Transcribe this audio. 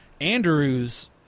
Andrews